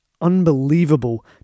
unbelievable